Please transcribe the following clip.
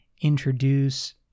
introduce